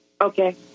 okay